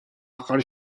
aħħar